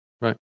Right